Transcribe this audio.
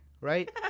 right